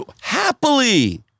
happily